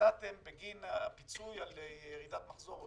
שנתתם בגין הפיצוי על ירידת מחזור,